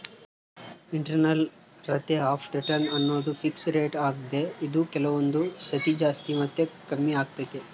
internal rate of return ಅನ್ನೋದು fix rate ಆಗ್ದೆ ಇದು ಕೆಲವೊಂದು ಸತಿ ಜಾಸ್ತಿ ಮತ್ತೆ ಕಮ್ಮಿಆಗ್ತೈತೆ